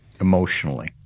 emotionally